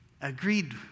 agreed